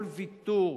כל ויתור,